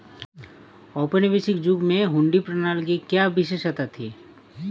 औपनिवेशिक युग में हुंडी प्रणाली की क्या विशेषता थी?